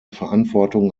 verantwortung